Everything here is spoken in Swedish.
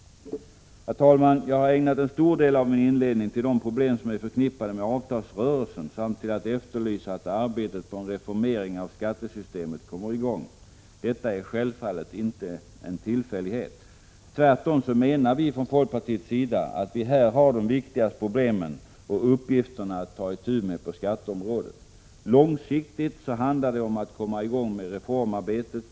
Jag har ägnat en stor del av min inledning åt de problem som är förknippade med avtalsrörelsen samt åt att framhålla vikten av att arbetet på en reformering av skattesystemet kommer i gång. Detta är självfallet inte en tillfällighet. Tvärtom menar vi från folkpartiet att vi här har de problem och uppgifter på skatteområdet som det är viktigast att ta itu med. Långsiktigt handlar det om att komma i gång med reformarbetet.